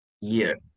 year